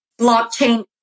blockchain